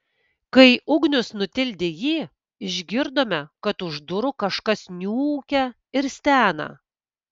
kai ugnius nutildė jį išgirdome kad už durų kažkas niūkia ir stena